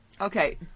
Okay